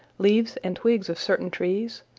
leaves and twigs of certain trees,